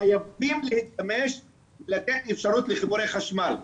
חייבים להשתמש לתת אפשרות לחיבורי חשמל.